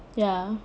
ya